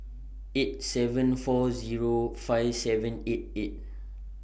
eight seven four Zero five seven eight eight